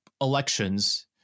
elections